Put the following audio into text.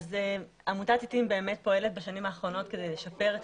עמותת עיתים פועלת בשנים האחרונות כדי לשפר את